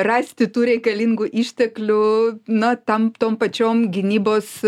rasti tų reikalingų išteklių na tam tom pačiom gynybos